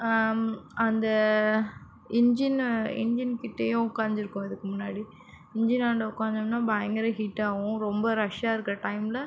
அந்த engine engine கிட்டேயும் உட்காந்து இருக்கோம் இதுக்கு முன்னாடி இஞ்சினாண்ட உக்காந்தம்னா பயங்கர ஹீட்டாகும் ரொம்ப ரஷ்ஷாக இருக்கிற டைமில்